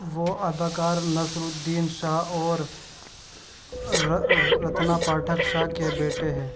وہ اداکار نصرالدّین شاہ اور رتنا پاٹھک شاہ کے بیٹے ہیں